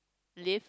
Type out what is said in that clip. live